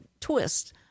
twist